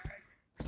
send me